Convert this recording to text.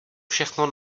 všechno